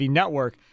network